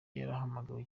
yahamagajwe